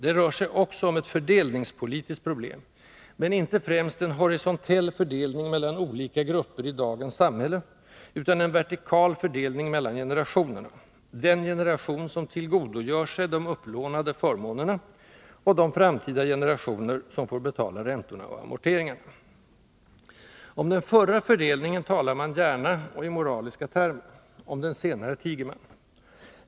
Det rör sig också om ett fördelningspolitiskt problem, men inte främst en horisontell fördelning mellan olika grupper i dagens samhälle, utan en vertikal fördelning mellan generationerna — den generation som tillgodogör sig de upplånade ”förmånerna” och de framtida generationer som får betala räntorna och amorteringarna. Om den förra fördelningen talar man gärna och i moraliska termer. Om den senare tiger man.